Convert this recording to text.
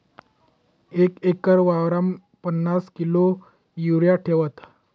एक एकर वावरमा पन्नास किलो युरिया ठेवात